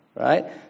Right